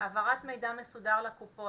העברת מידע מסודר לקופות.